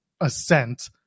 ascent